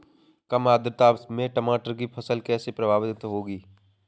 कम आर्द्रता में टमाटर की फसल कैसे प्रभावित होगी?